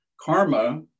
karma